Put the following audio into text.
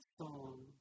song